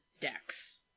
decks